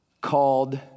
called